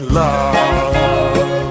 love